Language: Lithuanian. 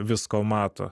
visko mato